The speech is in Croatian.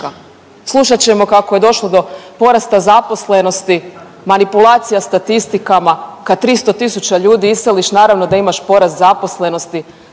Slušat ćemo kako je došlo do porasta zaposlenosti, manipulacija statistikama kad 300.000 ljudi iseliš naravno da imaš porast zaposlenosti,